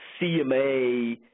CMA